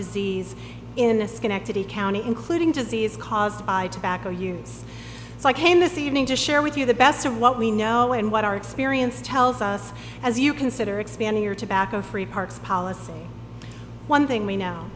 disease in the schenectady county including disease caused by tobacco use so i came this evening to share with you the best of what we know and what our experience tells us as you consider expanding your tobacco free parks policy one thing we know